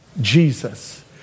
Jesus